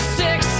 six